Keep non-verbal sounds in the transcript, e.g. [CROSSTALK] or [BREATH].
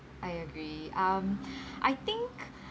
I agree um [BREATH] I think